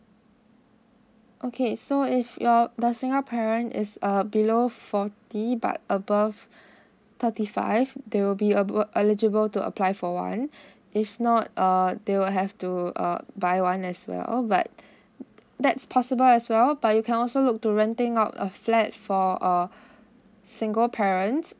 okay so if your the single parent is uh below forty but above thirty five they will be a bruh eligible to apply for one if not err they will have to uh buy one as well but that's possible as well but you can also look to renting out a flat for a single parents